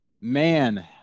man